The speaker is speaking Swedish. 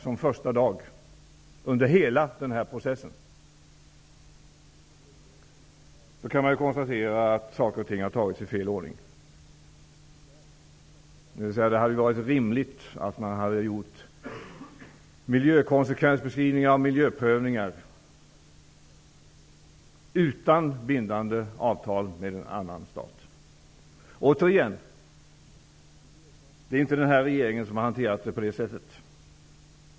Det är klart att vi, nu när vi ser helheten, kan konstatera att saker och ting har gjorts i fel ordning. Det rimliga hade varit att miljökonsekvensbeskrivningar och miljöprövningar hade gjorts utan bindande avtal med en annan stat. Jag säger återigen: det är inte den nuvarande regeringen som har hanterat ärendet på detta sätt.